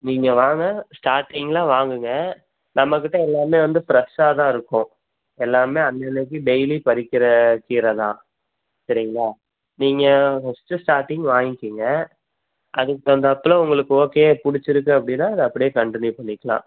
நீங்கள் வாங்க ஸ்டார்டிங்கில் வாங்குங்க நம்மகிட்ட எல்லாமே வந்து ஃப்ரெஷ்ஷாக தான் இருக்கும் எல்லாம் அன்னனைக்கு டெய்லி பறிக்கிற கீரை தான் சரிங்களா நீங்கள் ஃபஸ்ட்டு ஸ்டார்டிங் வாங்கிக்கொங்க அதுக்கு தகுந்தாப்புல உங்களுக்கு ஓகே பிடிச்சிருக்கு அப்படின்னா இது அப்படியே கன்டினியூ பண்ணிக்கலாம்